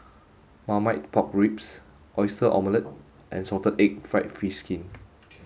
marmite pork ribs oyster omelette and salted egg fried fish skin